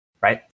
Right